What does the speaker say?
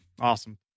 Awesome